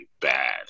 bad